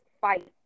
fight